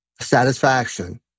satisfaction